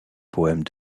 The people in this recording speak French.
poèmes